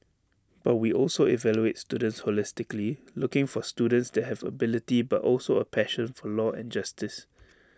but we also evaluate students holistically looking for students that have ability but also A passion for law and justice